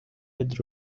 with